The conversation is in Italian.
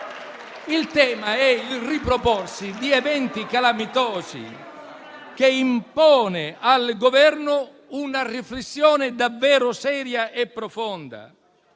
Il tema è il riproporsi di eventi calamitosi, che impone al Governo una riflessione davvero seria e profonda.